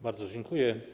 Bardzo dziękuję.